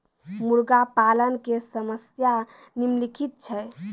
मुर्गा पालन के समस्या निम्नलिखित छै